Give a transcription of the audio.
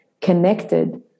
connected